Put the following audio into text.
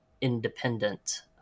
independent